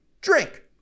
drink